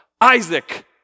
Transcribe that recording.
Isaac